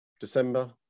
December